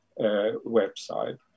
website